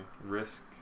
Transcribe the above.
Risk